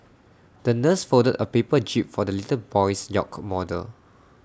the nurse folded A paper jib for the little boy's yacht model